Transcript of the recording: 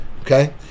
okay